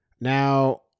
Now